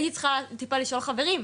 הייתי צריכה טיפה לשאול חברים,